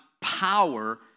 power